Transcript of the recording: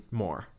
more